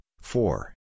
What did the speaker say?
four